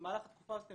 במהלך התקופה הזאת,